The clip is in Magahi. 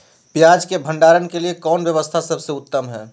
पियाज़ के भंडारण के लिए कौन व्यवस्था सबसे उत्तम है?